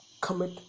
commit